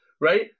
Right